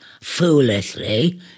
foolishly